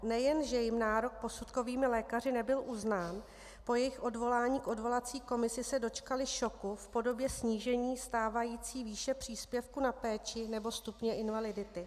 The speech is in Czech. Nejenže jim nárok posudkovými lékaři nebyl uznán, po jejich odvolání k odvolací komisi se dočkali šoku v podobě snížení stávající výše příspěvku na péči nebo stupně invalidity.